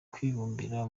kwibumbira